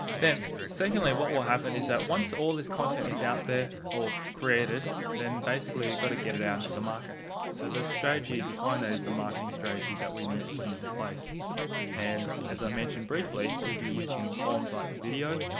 then secondly what will happen is that once all this content is out there or created then basically going to get it out the market. so the strategy behind that is the marketing strategy that we need to put into place and as i've ah mentioned briefly we'll be using forms like video,